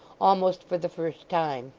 almost for the first time